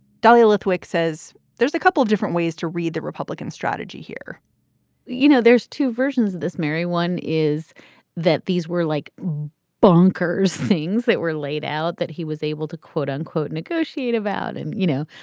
dahlia lithwick says there's a couple different ways to read the republican strategy here you know, there's two versions of this, mary. one is that these were like bonkers things that were laid out that he was able to, quote, unquote, negotiate about. and, you know,